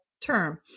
term